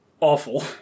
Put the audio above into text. awful